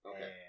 Okay